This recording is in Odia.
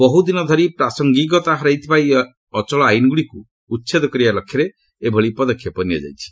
ବହୁଦିନ ଧରି ପ୍ରାସଙ୍ଗିକତା ହରାଇଥିବା ଏହି ଅଚଳ ଆଇନଗୁଡ଼ିକୁ ଉଚ୍ଛେଦ କରିବା ଲକ୍ଷ୍ୟରେ ଏଭଳି ପଦକ୍ଷେପ ନିଆଯାଇଛି